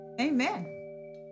Amen